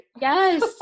Yes